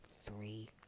three